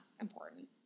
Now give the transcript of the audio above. important